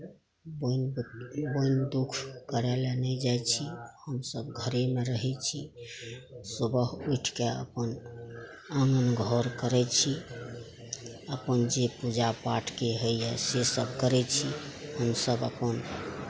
बोनि बोनि दुःख करै लए नहि जाइत छी हमसब घरेमे रहै छी सुबह उठिके अपन आङ्गन घर करै छी अपन जे पूजा पाठके होइया से सब करै छी हमसब अपन